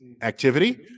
activity